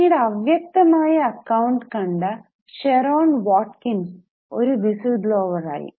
കമ്പനിയുടെ അവ്യക്തമായ അക്കൌണ്ട് കണ്ട ഷെറോൺ വാടകിന്സ് ഒരു വിസിൽബ്ലോവർ ആയി